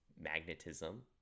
magnetism